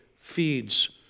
feeds